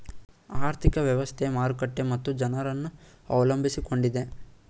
ಆರ್ಥಿಕ ವ್ಯವಸ್ಥೆ, ಮಾರುಕಟ್ಟೆ ಮತ್ತು ಜನರನ್ನು ಅವಲಂಬಿಸಿಕೊಂಡಿದೆ